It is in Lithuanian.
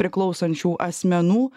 priklausančių asmenų